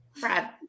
Brad